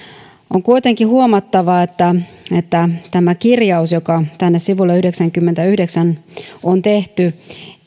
on kuitenkin huomattava että että tämä kirjaus joka tänne sivulle yhdeksänkymmentäyhdeksän on tehty